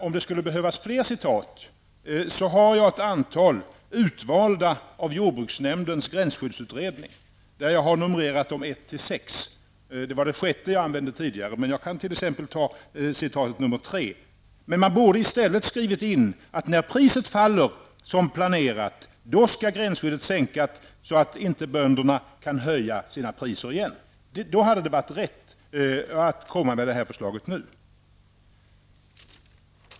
Om det skulle behövas fler citat, har jag ett antal utvalda, från jordbruksnämndens gränsskyddsutredning. Jag har numrerat dem från ett till sex, och det var det sjätte jag använde tidigare, men jag kan t.ex. ta citatet nummer tre. Man borde i stället ha skrivit in att när priset faller, som planerat, då skall gränsskyddet sänkas så att inte bönderna kan höja sina priser igen. Då hade det varit rätt att komma med det här förslaget nu.